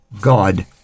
God